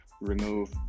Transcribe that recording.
remove